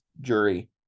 jury